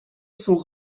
sont